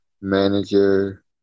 manager